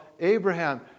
Abraham